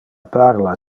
parla